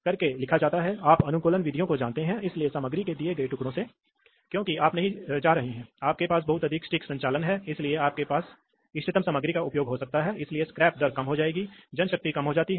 तो हाँ तो ठीक यही दिखाया गया है इसलिए आप देखते हैं कि आप इस दबाव A और दबाव B का अहसास करते हैं और फिर आपको वास्तव में इस वाल्व को चलाने के लिए एक उपयुक्त तर्क का उपयोग करना होगा ताकि दबाव की एक निश्चित मात्रा हो बल विकसित किया जाता है